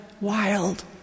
wild